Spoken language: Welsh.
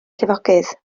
llifogydd